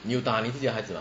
你打你自己的孩子吗